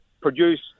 produce